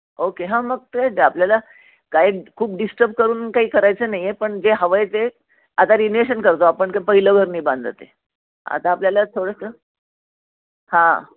okay हां मग ते आपल्याला काही खूप डिस्टर्ब करून काही करायचं नाही आहे पण जे हवं आहे ते आता रिनवेशन करतो आपण क पहिलं घर नाही बांधत आहे आता आपल्याला थोडंसं हां